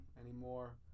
anymore